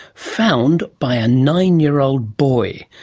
found by a nine-year-old boy.